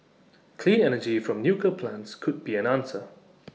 clean energy from nuclear plants could be an answer